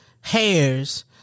hairs